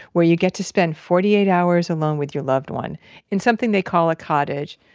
where you get to spend forty eight hours alone with your loved one in something they call a cottage,